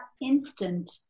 instant